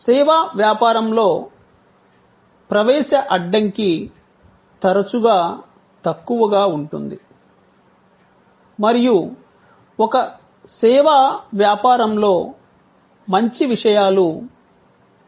సేవా వ్యాపారంలో ప్రవేశ అడ్డంకి తరచుగా తక్కువగా ఉంటుంది మరియు ఒక సేవా వ్యాపారంలో మంచి విషయాలు త్వరగా అనుకరించబడతాయి